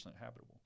habitable